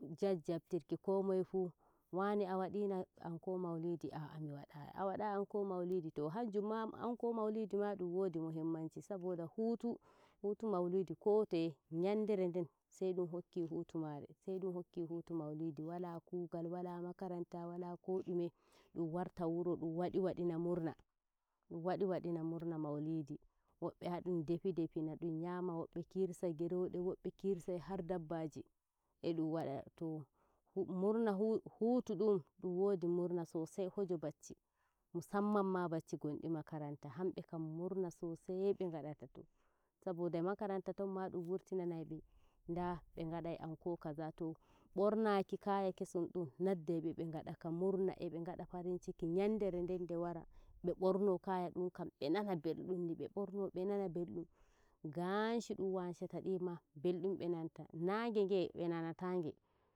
jajjabtirki komoyefuu waane a wadina anko maulidi? "ahh mi wadai" anko maulidi? to hanjum ma anko mauludi ma ɗum dowi muhummanci saboda huutu hutu mauludi ko toye nyandare sai ɗum hokki hutu mare sai dum hokki hutu mauludi wala kuugal wala makaranta wala koɗume dum warta wuro dun wadi wadina murna, dun wadi wadina murna wobbe haa dum defi defina dun nyama wobbe kirsa gerode wobbe kirsa sai har dabbaji edum wada to murna sosai hoje bacci. musamman ma bacci ngondi makaranta hanbekam murna sosai ngadata saboda makaranta tonmu dun wurtinanai be nda ngadai anko kaza to bornaaki kaya kesum dum naddai be be ngado ka murna e be ngada farinciki nyandere ndam nde wara be bornoo kaaya dum kam be nana beldum ni be borno be nana beldum. nange nge be nanata nge.